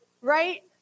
Right